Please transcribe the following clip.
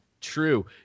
true